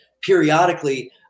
periodically